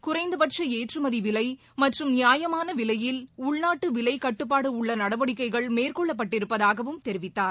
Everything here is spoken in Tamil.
குறைந்தபட்ச ஏற்றுமதி விலை மற்றும் நியாயமான விலையில் உள்நாட்டு விலை கட்டுப்பாடு உள்ள நடவடிக்கைகள் மேற்கொள்ளப்பட்டிருப்பதாகவும் தெரிவித்தார்